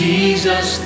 Jesus